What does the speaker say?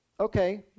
Okay